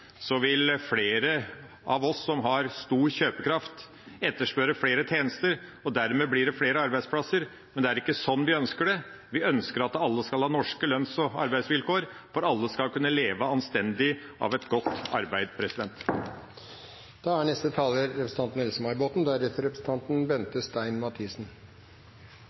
så vil flere av oss som har stor kjøpekraft, etterspørre flere tjenester. Dermed blir det flere arbeidsplasser. Men det er ikke sånn vi ønsker det. Vi ønsker at alle skal ha norske lønns- og arbeidsvilkår, for alle skal kunne leve anstendig av et godt arbeid. Jeg har lyst til å kommentere Rotevatns innlegg, for representanten sa at man må legge egne erfaringer til grunn. Da